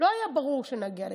לא היה ברור שנגיע לכאן.